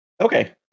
Okay